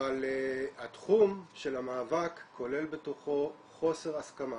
אבל התחום של המאבק כולל בתוכו חוסר הסכמה